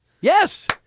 Yes